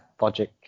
logic